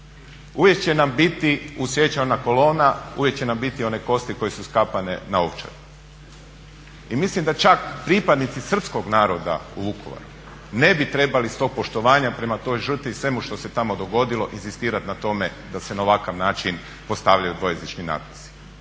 Uvijek će nam biti u sjećanju ona kolona, uvijek će nam biti one kosti koje su iskapane na Ovčari. I mislim da čak pripadnici srpskog naroda u Vukovaru ne bi trebali iz tog poštovanja prema toj žrtvi i svemu što se tamo dogodilo inzistirati na tome da se na ovakav način postavljaju dvojezični natpisi.